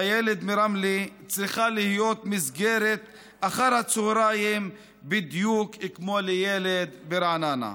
לילד מרמלה צריכה להיות מסגרת אחר הצוהריים בדיוק כמו לילד ברעננה.